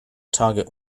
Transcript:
target